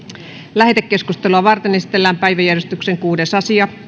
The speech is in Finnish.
lähetekeskustelua varten esitellään päiväjärjestyksen kuudes asia